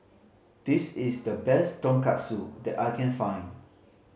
this is the best Tonkatsu that I can find